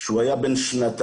כשהוא היה בן שנתיים,